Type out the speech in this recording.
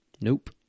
Nope